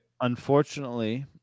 Unfortunately